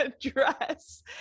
dress